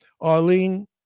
Arlene